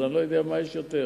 אז אני לא יודע מה יש יותר.